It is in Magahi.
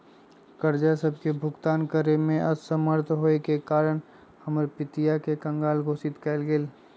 कर्जा सभके भुगतान करेमे असमर्थ होयेके कारण हमर पितिया के कँगाल घोषित कएल गेल